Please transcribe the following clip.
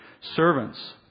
servants